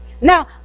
Now